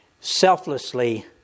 selflessly